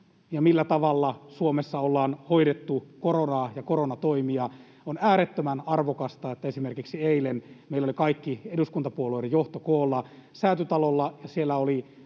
ja millä tavalla Suomessa ollaan hoidettu koronaa ja koronatoimia. On äärettömän arvokasta, että esimerkiksi eilen meillä oli kaikkien eduskuntapuolueiden johto koolla Säätytalolla